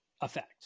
effect